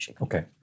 Okay